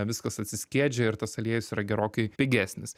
viskas atsiskiedžia ir tas aliejus yra gerokai pigesnis